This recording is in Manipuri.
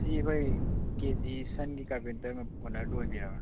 ꯁꯤ ꯑꯩꯈꯣꯏ ꯀꯦꯖꯤꯁꯟꯒꯤ ꯀꯥꯔꯄꯦꯟꯇꯔ ꯑꯣꯅꯔꯗꯨ ꯑꯣꯏꯕꯤꯔꯕ